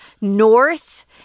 north